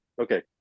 okay